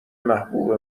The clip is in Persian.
محبوب